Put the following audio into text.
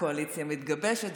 קואליציה מתגבשת,